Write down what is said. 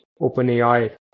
OpenAI